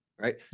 right